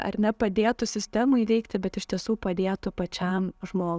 ar ne padėtų sistemai veikti bet iš tiesų padėtų pačiam žmogui